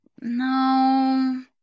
no